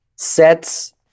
sets